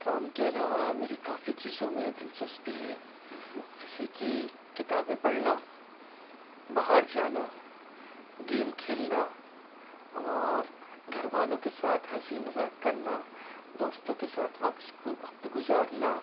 کام کے علاوہ میری کافی چیزوں میں دلچسپی ہے جیسے کہ کتابیں پڑھنا باہر جانا گیم کھیلنا اور گھر والوں کے ساتھ ہنسی مذاق کرنا دوستوں کے ساتھ وقت گُزارنا